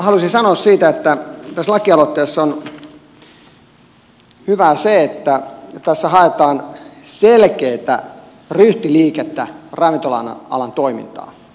halusin sanoa siitä että tässä lakialoitteessa on hyvää se että tässä haetaan selkeätä ryhtiliikettä ravintola alan toimintaan